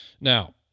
now